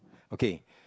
okay